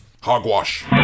hogwash